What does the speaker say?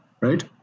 Right